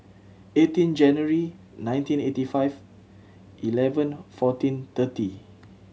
eighteen January nineteen eighty five eleven fourteen thirty